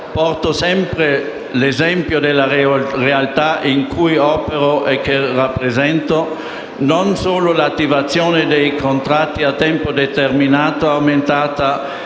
porto sempre l'esempio della realtà in cui opero e che rappresento - non solo l'attivazione dei contratti a tempo determinato è aumentata